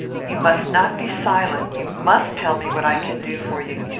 you must not be silent you must tell me what i can do for you.